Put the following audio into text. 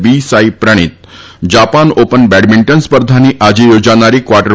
ભારતના પીપ્રણીત Japan Open badminton સ્પર્ધાની આજે યોજાનારી ક્વાર્ટર